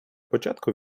початку